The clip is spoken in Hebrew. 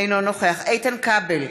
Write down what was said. אינו נוכח איתן כבל,